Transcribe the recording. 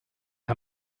her